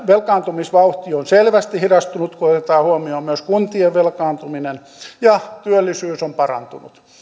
velkaantumisvauhti on selvästi hidastunut kun otetaan huomioon myös kuntien velkaantuminen ja työllisyys on parantunut